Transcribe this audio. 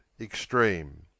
extreme